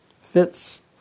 fits